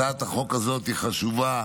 הצעת החוק הזאת היא חשובה.